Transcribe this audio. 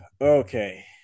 Okay